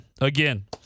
again